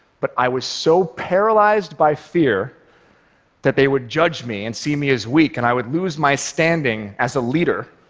but i was so paralyzed by fear that they would judge me and see me as weak and i would lose my standing as a leader